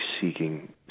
seeking